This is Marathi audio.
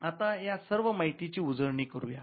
आता या सर्व माहितीची उजळणी करूयात